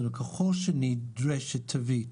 ככל שנדרשת תווית